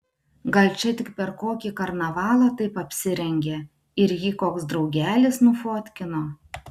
gal čia tik per kokį karnavalą taip apsirengė ir jį koks draugelis nufotkino